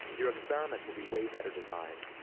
your experiments will be way better designed,